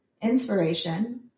inspiration